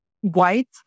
white